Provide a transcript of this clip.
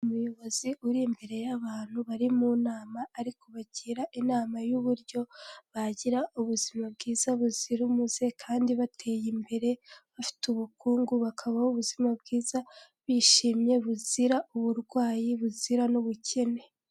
Umuyobozi uri imbere y'abantu bari mu nama, arikubagira inama y'uburyo bagira ubuzima bwiza buzira umuze kandi bateye imbere, bafite ubukungu bakabaho ubuzima bwiza bishimye buzira uburwayi, buzira n'ubukene.